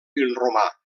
vinromà